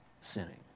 sinning